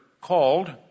called